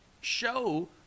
show